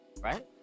Right